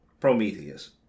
Prometheus